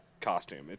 costume